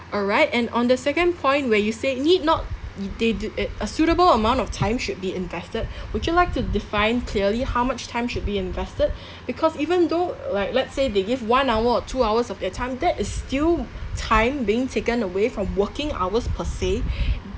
alright and on the second point where you say need not i~ they do err a suitable amount of time should be invested would you like to define clearly how much time should be invested because even though like let's say they give one hour or two hours of their time that is still time being taken away from working hours per se